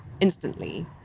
instantly